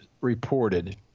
reported